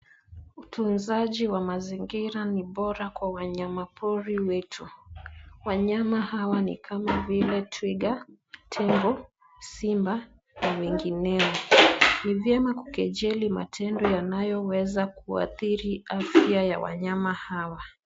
Utunzaji wa mazingira ni bora kwa wanyamapori wetu. Wanyama hawa nikama vile twiga, tembo, simba na wengineo. Ni vyema kukejeli matendo yanayoweza kuathiri afya ya wanyama hawa.